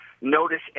notice